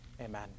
Amen